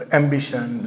ambition